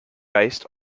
based